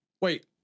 wait